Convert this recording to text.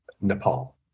Nepal